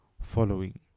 following